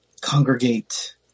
congregate